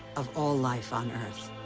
of all life on earth.